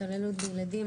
התעללות בילדים